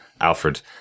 Alfred